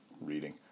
reading